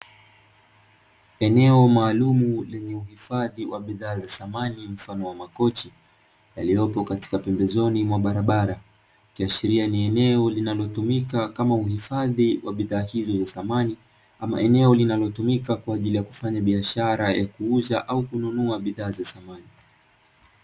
Eneo maalumu lenye uhifadhi wa bidhaa za samani mfano wa makochi yaliyopo katika pembezoni mwa barabara, ikiashiria ni eneo linalotumika kama uhifadhi wa bidhaa hizo za samani, ama ni eneo linalotumika katika kufanya biashara ya kuuza au kununua bidhaa za samani.